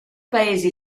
paesi